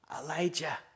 Elijah